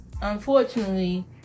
unfortunately